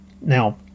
Now